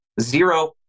Zero